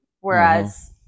Whereas